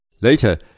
Later